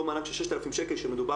אותו מענק של 6,000 שקלים שמדובר,